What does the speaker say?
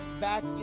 back